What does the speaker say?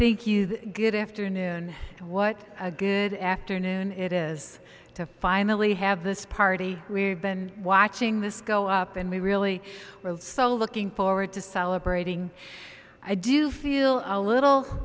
thank you good afternoon what a good afternoon it is to finally have this party we've been watching this go up and we really well so looking forward to celebrating i do feel a little